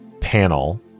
panel